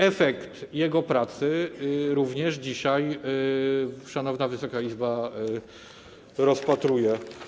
Efekt jego pracy również dzisiaj szanowna Wysoka Izba rozpatruje.